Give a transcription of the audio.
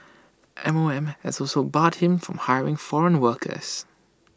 M O M has also barred him from hiring foreign workers